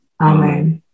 Amen